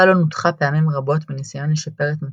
קאלו נותחה פעמים רבות בניסיון לשפר את מצבה,